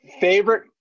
Favorite